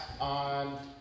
on